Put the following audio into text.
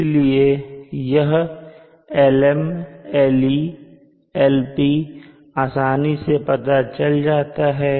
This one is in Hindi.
इसलिए यह Lm Le Lp आसानी से पता चल जाता है